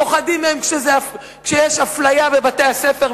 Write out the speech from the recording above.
פוחדים מהם כשיש אפליה בבתי-הספר,